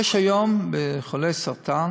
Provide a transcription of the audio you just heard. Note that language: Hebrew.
יש היום לחולי סרטן